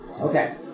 Okay